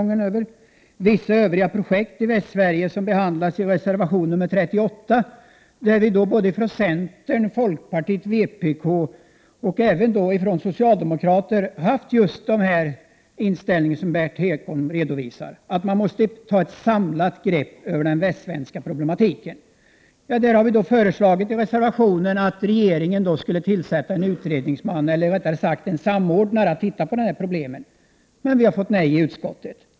När det gäller vissa övriga projekt i Västsverige — som behandlas i reservation nr 38 — har vi från centern, folkpartiet, vpk och även socialdemokraterna just den inställning som Berndt Ekholm redovisar, att man måste ta ett samlat grepp över den västsvenska problematiken. Vi har i reservationen föreslagit att regeringen skall tillsätta en samordnare med uppgift att se över dessa problem, men förslaget har avstyrkts av utskottet.